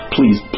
Please